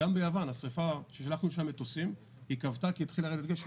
גם ביוון השריפה ששלחנו לשם מטוסים כבתה כי התחיל לרדת גשם.